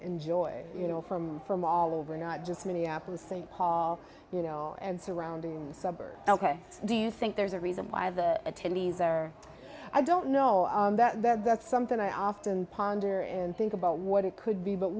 enjoy you know from from all over not just minneapolis st paul you know and surrounding the suburbs ok do you think there's a reason why the attendees are i don't know that that's something i often ponder and think about what it could be but